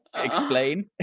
explain